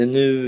nu